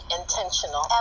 intentional